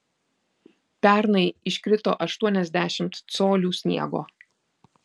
pernai iškrito aštuoniasdešimt colių sniego